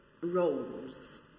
roles